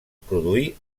produí